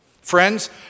Friends